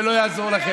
לא יעזור לכם.